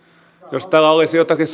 jos täällä olisi joitakin